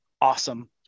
awesome